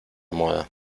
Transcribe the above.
moda